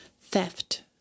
theft